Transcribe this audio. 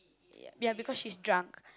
ya because she's drunk